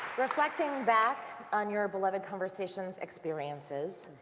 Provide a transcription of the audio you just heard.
reflecting back on your beloved conversations experiences,